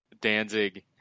Danzig